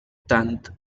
tant